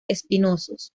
espinosos